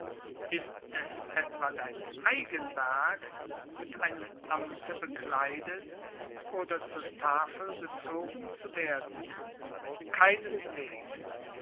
ist es etwa dein eigen werk mit einem amte bekleidet oder zur tafel gezogen zu werden keineswegs